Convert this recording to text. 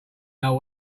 know